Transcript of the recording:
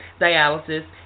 dialysis